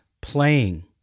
playing